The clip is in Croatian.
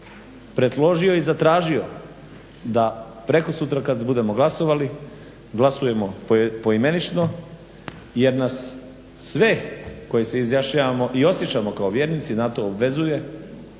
predložio i zatražio da prekosutra kada budemo glasovali glasujemo poimenično jer nas sve koji nas izjašnjavamo i osjećamo kao vjernici na to obvezuje.